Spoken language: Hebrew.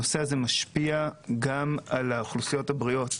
הנושא הזה משפיע גם על האוכלוסיות הבריאות.